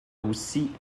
aussi